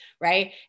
right